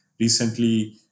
recently